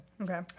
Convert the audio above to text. Okay